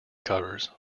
covers